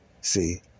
See